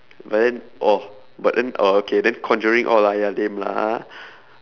but then oh but then oh okay then conjuring all !aiya! lame lah ha